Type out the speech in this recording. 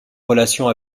relation